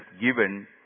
given